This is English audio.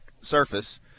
surface –